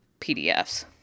PDFs